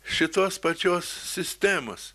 šitos pačios sistemos